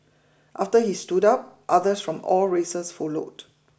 after he stood up others from all races followed